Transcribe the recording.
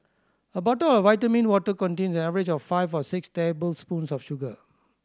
a bottle of vitamin water contains an average of five or six tablespoons of sugar